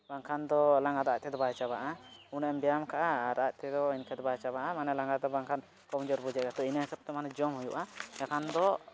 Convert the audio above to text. ᱵᱟᱝᱠᱷᱟᱱ ᱫᱚ ᱞᱟᱸᱜᱟ ᱫᱚ ᱟᱡ ᱛᱮᱫᱚ ᱵᱟᱭ ᱪᱟᱵᱟᱜᱼᱟ ᱚᱱᱮ ᱩᱱᱮᱢ ᱵᱮᱭᱟᱢ ᱠᱟᱜᱼᱟ ᱟᱨ ᱟᱡ ᱛᱮᱫᱚ ᱮᱱᱠᱷᱟᱡ ᱫᱚ ᱵᱟᱭ ᱪᱟᱵᱟᱜᱼᱟ ᱢᱟᱱᱮ ᱞᱟᱸᱜᱟ ᱫᱚ ᱵᱟᱝᱠᱷᱟᱱ ᱠᱚᱢᱡᱳᱨ ᱵᱩᱡᱷᱟᱹᱜᱼᱟ ᱛᱚ ᱤᱱᱟᱹ ᱦᱤᱥᱟᱹᱵᱽ ᱫᱚ ᱢᱟᱱᱮ ᱡᱚᱢ ᱦᱩᱭᱩᱜᱼᱟ ᱮᱱᱠᱷᱟᱱ ᱫᱚ